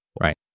right